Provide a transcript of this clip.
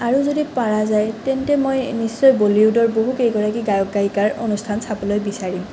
আৰু যদি পৰা যায় তেন্তে মই নিশ্চয় বলিউদৰ বহু কেইগৰাকী গায়ক গায়িকাৰ অনুষ্ঠান চাবলৈ বিচাৰিম